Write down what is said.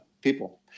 people